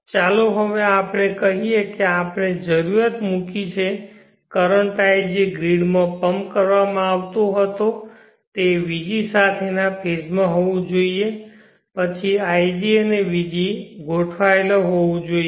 હવે ચાલો આપણે કહીએ કે આપણે જરૂરિયાત મૂકી છે કે કરંટ ig ગ્રિડ માં પમ્પ કરવામાં આવતો તે vg સાથેના ફેઝ માં હોવું જોઈએ પછી ig અને vg ગોઠવાયેલ હોવું જોઈએ